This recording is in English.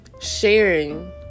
sharing